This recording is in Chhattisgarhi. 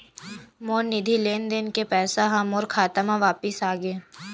मोर निधि लेन देन के पैसा हा मोर खाता मा वापिस आ गे